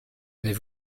mais